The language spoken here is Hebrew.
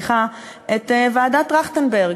את ועדת טרכטנברג,